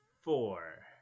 four